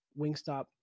Wingstop